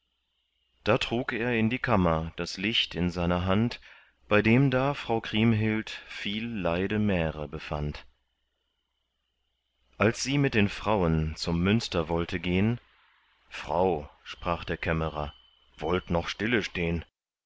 da trug er in die kammer das licht in seiner hand bei dem da frau kriemhild viel leide märe befand als sie mit den frauen zum münster wollte gehn frau sprach der kämmerer wollt noch stille stehn